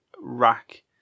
rack